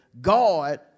God